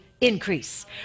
increase